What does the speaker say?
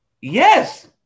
Yes